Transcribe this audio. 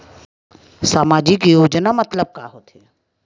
सामजिक योजना मतलब का होथे?